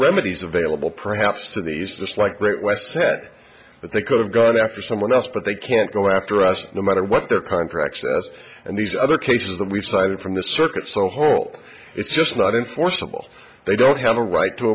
remedies available perhaps to these dislike rate when i said that they could have gone after someone else but they can't go after us no matter what their contracts and these other cases that we've cited from the circuit so whole it's just not enforceable they don't have a right to